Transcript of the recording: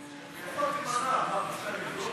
אני קובעת כי הצעת חוק זכויות התלמיד (תיקון,